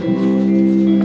the